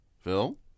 Phil